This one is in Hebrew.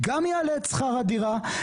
גם יעלה את שכר הדירה,